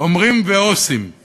// אומרים ועושים /